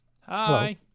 Hi